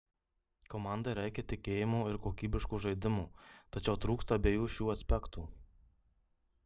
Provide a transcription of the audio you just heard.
komandai reikia tikėjimo ir kokybiško žaidimo tačiau trūksta abiejų šių aspektų